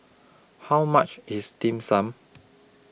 How much IS Dim Sum